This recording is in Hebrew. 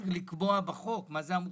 צריך לקבוע בחוק מי מוכשרים,